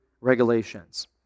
regulations